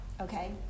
Okay